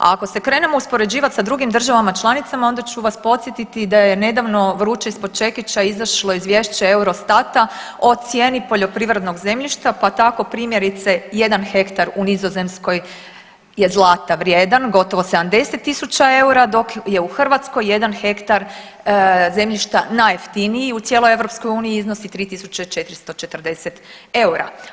A ako se krenemo uspoređivati sa drugim državama članicama onda ću vas podsjetiti da je nedavno vruće ispod čekića izašlo izvješće Eurostata o cijeni poljoprivrednog zemljišta pa tako primjerice jedan hektar u Nizozemskoj je zlata vrijedan, gotovo 70.000 eura dok je u Hrvatskoj jedan hektar zemljišta najjeftiniji u cijelo EU i iznosi 3.440 eura.